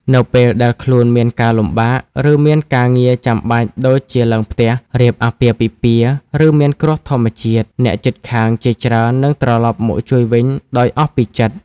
នៅពេលដែលខ្លួនមានការលំបាក ឬមានការងារចាំបាច់ដូចជាឡើងផ្ទះ រៀបអាពាហ៍ពិពាហ៍ ឬមានគ្រោះធម្មជាតិ អ្នកជិតខាងជាច្រើននឹងត្រឡប់មកជួយវិញដោយអស់ពីចិត្ត។